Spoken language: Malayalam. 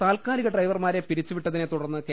താൽക്കാലിക ഡ്രൈവർമാരെ പിരിച്ചുവിട്ടതിനെ തുടർന്ന് കെ